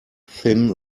thin